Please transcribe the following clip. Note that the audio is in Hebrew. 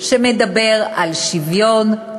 שמדבר על שוויון,